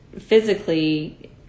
physically